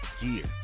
gear